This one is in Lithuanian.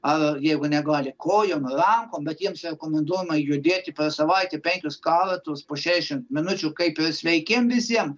ar jeigu negali kojom rankom bet jiems rekomenduojama judėti per savaitę penkis kartus po šešiasdešimt minučių kaip ir sveikiem visiem